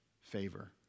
favor